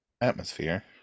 atmosphere